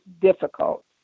difficult